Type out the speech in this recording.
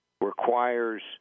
requires